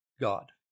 God